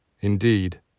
Indeed